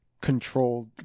controlled